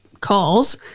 calls